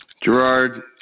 Gerard